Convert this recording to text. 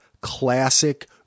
classic